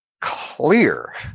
clear